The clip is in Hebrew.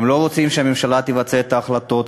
הם לא רוצים שהממשלה תבצע את ההחלטות,